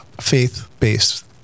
faith-based